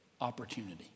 Opportunity